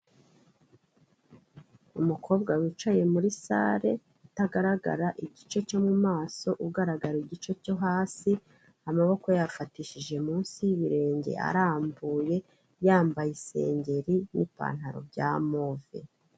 Umukobwa wicaye muri sare itagaragara igice cyo mumaso ugaragara igice cyo hasi, amaboko ya yafatishije munsi y'ibirenge arambuye, yambaye isengeri n'ipantaro bya move.